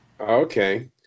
okay